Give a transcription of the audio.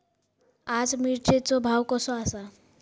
आज मिरचेचो भाव कसो आसा?